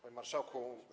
Panie Marszałku!